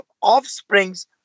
offsprings